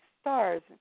stars